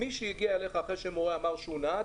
מי שהגיע אליך אחרי שמורה אמר שהוא נהג,